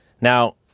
Now